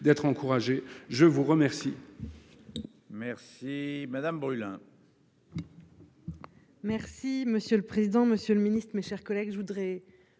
d'être encouragé, je vous remercie.